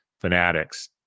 Fanatics